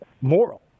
Moral